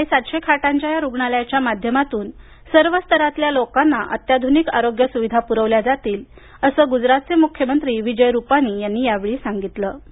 साडे सातशे खाटांच्या या रुग्णालयाच्या माध्यमातून सर्व स्तरातल्या लोकांना अत्याधुनिक आरोग्य सुविधा पुरवल्या जातील असं गुजरातचे मुख्यमंत्री विजय रुपाणी यांनी यावेळी सांगितलं